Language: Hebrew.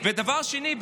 ודבר שני,